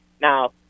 Now